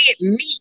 meat